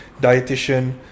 dietitian